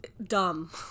dumb